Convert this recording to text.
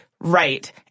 right